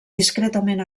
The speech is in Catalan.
discretament